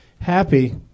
happy